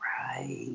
Right